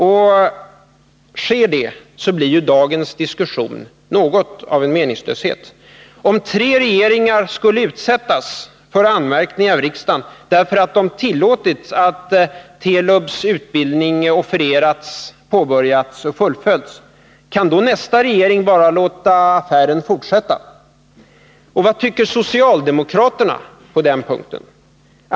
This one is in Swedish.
Och sker det, blir ju dagens diskussion något av en meningslöshet. Om tre regeringar skulle utsättas för anmärkning av riksdagen därför att de tillåtit att Telub-utbildningen offererats, påbörjats och fullföljts, kan då nästa regering bara låta affären fortsätta? Vad tycker socialdemokraterna på den punkten?